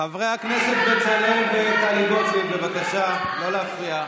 חברי הכנסת בצלאל וטלי גוטליב, בבקשה לא להפריע.